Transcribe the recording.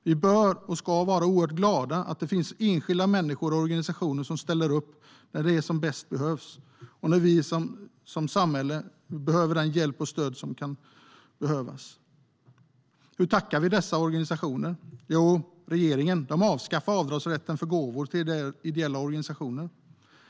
Vi bör och ska vara oerhört glada att det finns enskilda människor och organisationer som ställer upp när det som bäst behövs i samhället. Hur tackar vi då dessa organisationer? Jo, regeringen avskaffar avdragsrätten för gåvor till ideella organisationer.